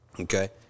Okay